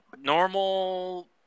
normal